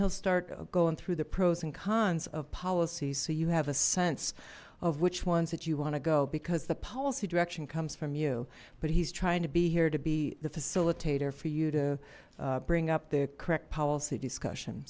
he'll start going through the pros and cons of policies so you have a sense of which ones that you want to go because the policy direction comes from you but he's trying to be here to be the facilitator for you to bring up the correct policy discussion